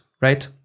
right